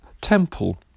temple